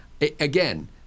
again